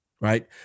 right